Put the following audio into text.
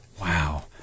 Wow